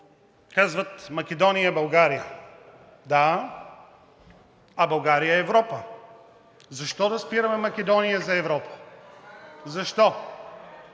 казват: „Македония е България“. Да, а България е Европа. Защо да спираме Македония за Европа?